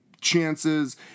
chances